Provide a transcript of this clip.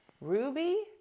Ruby